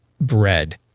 bread